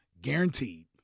guaranteed